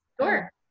sure